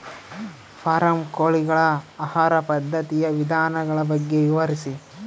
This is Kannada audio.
ಫಾರಂ ಕೋಳಿಗಳ ಆಹಾರ ಪದ್ಧತಿಯ ವಿಧಾನಗಳ ಬಗ್ಗೆ ವಿವರಿಸಿ?